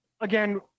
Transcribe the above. again